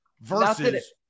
versus